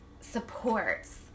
supports